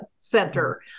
center